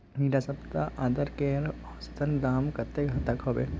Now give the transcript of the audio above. इडा सप्ताह अदरकेर औसतन दाम कतेक तक होबे?